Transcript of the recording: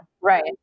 Right